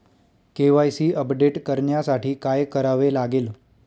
KYC update करण्यासाठी काय करावे लागेल?